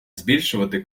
збільшувати